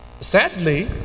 sadly